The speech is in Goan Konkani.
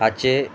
हाचे